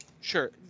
Sure